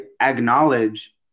acknowledge